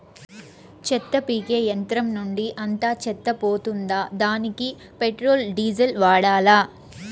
చెత్త పీకే యంత్రం నుండి అంతా చెత్త పోతుందా? దానికీ పెట్రోల్, డీజిల్ వాడాలా?